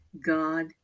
God